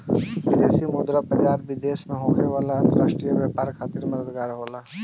विदेशी मुद्रा बाजार, विदेश से होखे वाला अंतरराष्ट्रीय व्यापार खातिर मददगार होला